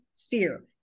Fear